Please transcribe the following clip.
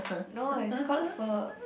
no is called pho